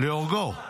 להורגו.